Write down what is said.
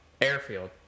airfield